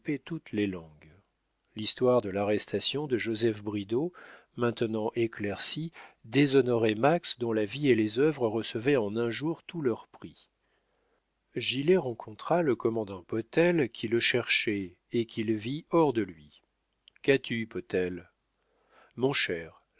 toutes les langues l'histoire de l'arrestation de joseph bridau maintenant éclaircie déshonorait max dont la vie et les œuvres recevaient en un jour tout leur prix gilet rencontra le commandant potel qui le cherchait et qu'il vit hors de lui qu'as-tu potel mon cher